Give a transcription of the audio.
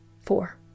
Four